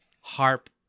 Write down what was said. harp